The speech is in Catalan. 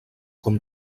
com